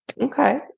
okay